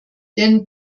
denn